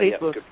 Facebook